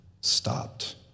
stopped